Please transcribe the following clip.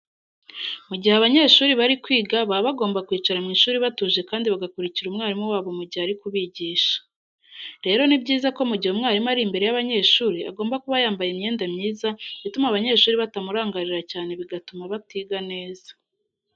Mu gihe abanyeshuri bari kwiga baba bagomba kwicara mu ishuri batuje kandi bagakurikira umwarimu wabo mu gihe ari kubigisha. Rero ni byiza ko mu gihe umwarimu ari imbere y'abanyeshuri agomba kuba yambaye imyenda myiza ituma abanyeshuri batamurangarira cyane bigatuma batiga neza.